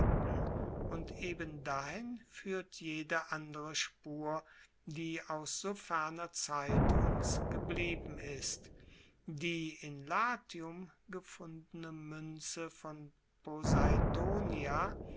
und eben dahin fuehrt jede andere spur die aus so ferner zeit uns geblieben ist die in latium gefundene muenze von